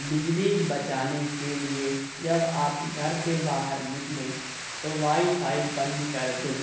बिजली बचाने के लिए जब आप घर से बाहर निकलें तो वाईफाई बंद कर दें